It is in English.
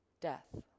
death